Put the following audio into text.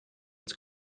its